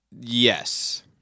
Yes